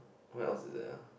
what else is there ah